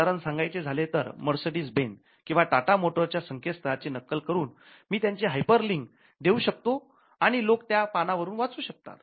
उदाहरण सांगायचे झाले तर मर्सडीज बेंज देऊ शकतो आणि लोकं त्या पानावरुन वाचू शकतात